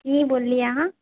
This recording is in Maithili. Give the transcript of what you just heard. कि बोललिऐ अहाँ